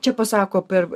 čia pasako per